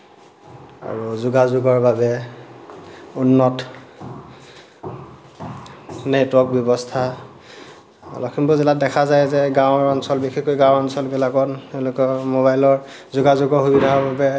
আৰু যোগাযোগৰ বাবে উন্নত নেটৱৰ্ক ব্যৱস্থা লখিমপুৰ জিলাত দেখা যায় যে গাঁও অঞ্চল বিশেষকৈ গাঁও অঞ্চলবিলাকত এনেকুৱা মোবাইলৰ যোগাযোগৰ সুবিধা বাবে